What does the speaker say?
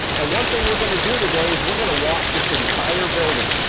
and one thing we're gonna do today is we're gonna walk this entire building.